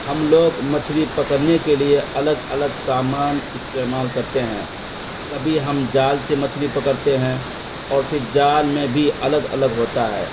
ہم لوگ مچھلی پکڑنے کے لیے الگ الگ سامان استعمال کرتے ہیں کبھی ہم جال سے مچھلی پکڑتے ہیں اور پھر جال میں بھی الگ الگ ہوتا ہے